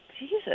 Jesus